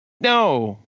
no